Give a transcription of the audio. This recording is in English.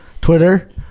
Twitter